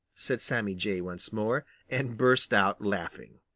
said sammy jay once more, and burst out laughing.